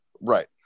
Right